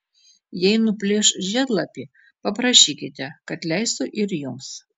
jei nuplėš žiedlapį paprašykite kad leistų ir jums